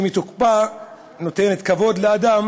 שמתוקפה נותנת כבוד לאדם